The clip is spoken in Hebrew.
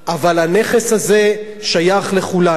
אבל הנכס הזה שייך לכולנו,